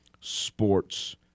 sports